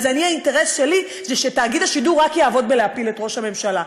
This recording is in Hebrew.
אז האינטרס שלי הוא שתאגיד השידור רק יעבוד בלהפיל את ראש הממשלה,